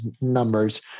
numbers